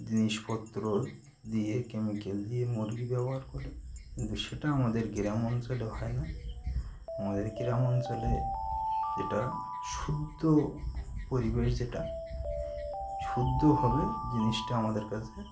জিনিসপত্র দিয়ে কেমিক্যাল দিয়ে মুরগি ব্যবহার করে কিন্তু সেটা আমাদের গ্রাম অঞ্চলে হয় না আমাদের গ্রাম অঞ্চলে যেটা শুদ্ধ পরিবেশ যেটা শুদ্ধ ভাবে জিনিসটা আমাদের কাছে